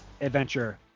adventure